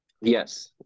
Yes